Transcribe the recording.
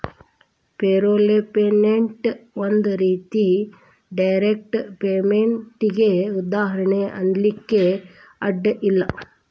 payroll payment ಒಂದ್ ರೇತಿ direct ಪೇಮೆನ್ಟಿಗೆ ಉದಾಹರ್ಣಿ ಅನ್ಲಿಕ್ಕೆ ಅಡ್ಡ ಇಲ್ಲ